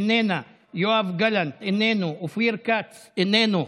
איננה, יואב גלנט, איננו, אופיר כץ, איננו.